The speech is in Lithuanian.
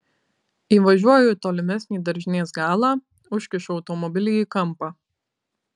įvažiuoju į tolimesnį daržinės galą užkišu automobilį į kampą